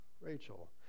Rachel